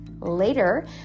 later